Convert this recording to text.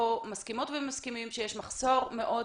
מסכים שיש מחסור מאוד